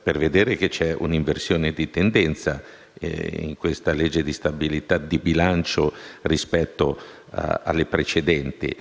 per vedere che c'è un'inversione di tendenza in questa legge di bilancio rispetto alle precedenti.